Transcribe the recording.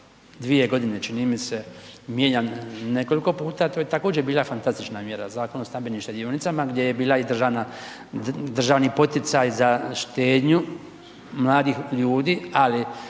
2 godine, čini mi se, mijenjan nekoliko puta. To je također bila fantastična mjera, Zakon o stambenim štedionicama, gdje je bila i državni poticaj za štednju, mladih ljudi, ali